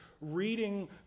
reading